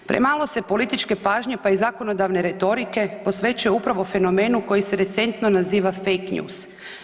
Premalo se političke pažnje pa i zakonodavne retorike posvećuje upravo fenomenu koji se recentno naziva fake news.